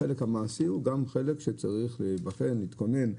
החלק המעשי הוא גם חלק שצריך להיבחן להתכונן,